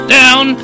down